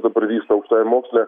dabar vyksta aukštajam moksle